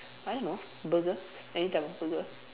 I don't know burger any type of burger